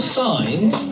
signed